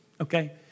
Okay